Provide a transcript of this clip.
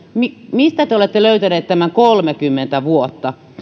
mistä te olette löytäneet tämän kolmekymmentä vuotta